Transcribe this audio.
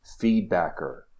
Feedbacker